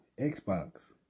Xbox